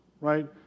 right